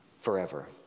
forever